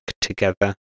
together